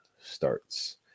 starts